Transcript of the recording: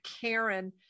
karen